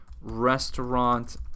Restaurant